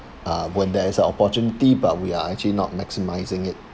uh when there is an opportunity but we are actually not maximizing it